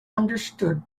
understood